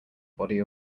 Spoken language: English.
body